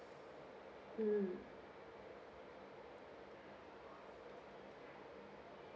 mm